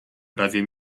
prawie